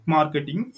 Marketing